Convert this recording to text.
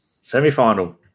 Semi-final